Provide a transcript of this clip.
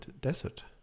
Desert